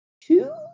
two